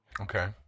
Okay